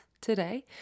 today